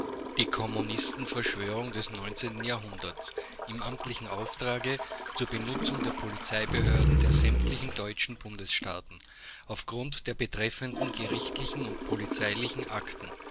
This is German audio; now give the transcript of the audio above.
die kommunisten verschwörungen des neunzehnten jahrhunderts im amtlichen auftrage zur benutzung der polizeibehörden der sämtlichen deutschen bundesstaaten auf grund der betreffenden gerichtlichen und polizeilichen akten